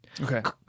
okay